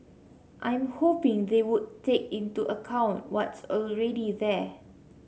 I'm hoping they would take into account what's already there